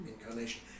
incarnation